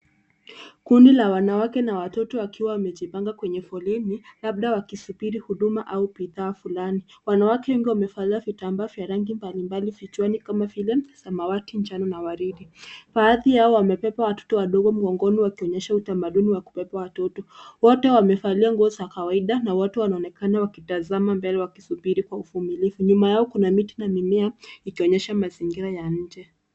Kundi la wanawake na watoto wakiwa wamejipanga kwenye foleni, labda wakisubiri huduma au bidhaa fulani. Wanawake wengi wamevalia vitambaa vya rangi mbalimbali vichwani kama vile samawati, njano na waridi. Baadhi yao wamebeba watoto wadogo mgongoni, wakionyesha utamaduni wa kubeba watoto. Wote wamevalia nguo za kawaida na wote wanaonekana wakitazama mbele wakisubiri kwa uvumilivu. Nyuma yao kuna miti na mimea ikioonyesha mazingira ya nje.